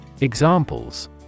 Examples